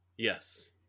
Yes